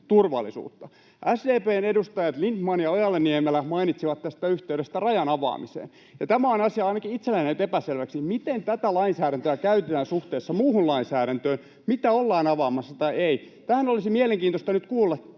SDP:n edustajat Lindtman ja Ojala-Niemelä mainitsivat tästä yhteydestä rajan avaamiseen. Tämä asia on ainakin itselläni jäänyt epäselväksi, miten tätä lainsäädäntöä käytetään suhteessa muuhun lainsäädäntöön, mitä ollaan avaamassa tai ei. Tästä olisi mielenkiintoista nyt kuulla